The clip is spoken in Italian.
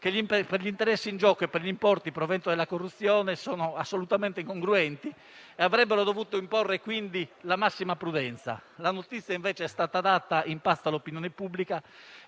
caso, gli interessi in gioco e gli importi provento della corruzione sono assolutamente incongruenti, cosa che avrebbe dovuto imporre la massima prudenza. La notizia è stata invece data in pasto all'opinione pubblica